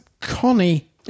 Connie